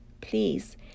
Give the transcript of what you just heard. please